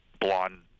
blonde